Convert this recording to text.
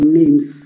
names